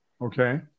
Okay